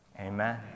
amen